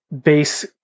base